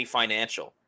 financial